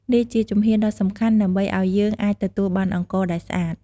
នេះជាជំហានដ៏សំខាន់ដើម្បីឲ្យយើងអាចទទួលបានអង្ករដែលស្អាត។